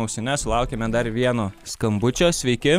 ausines sulaukėme dar vieno skambučio sveiki